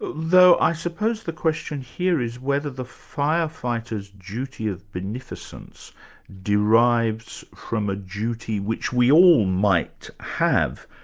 though i suppose the question here is, whether the firefighter's duty of beneficence derives from a duty which we all might have,